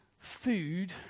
food